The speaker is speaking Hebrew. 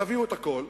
תביאו את הכול,